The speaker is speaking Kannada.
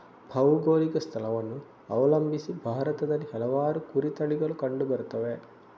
ಭೌಗೋಳಿಕ ಸ್ಥಳವನ್ನು ಅವಲಂಬಿಸಿ ಭಾರತದಲ್ಲಿ ಹಲವಾರು ಕುರಿ ತಳಿಗಳು ಕಂಡು ಬರುತ್ತವೆ